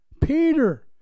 Peter